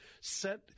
set